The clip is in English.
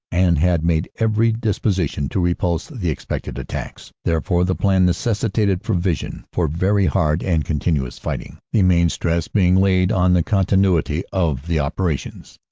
and had made every dis position to repulse the expected attacks. therefore the plan necessi tated provision for very hard and continuous fighting, the main stress being laid on the continuity of the operations.